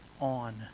on